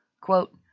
Quote